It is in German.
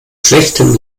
schlechtem